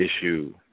issue